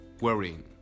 worrying